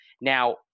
Now